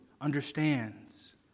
understands